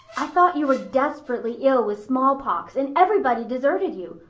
i thought you were desperately ill with smallpox and everybody deserted you,